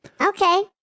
Okay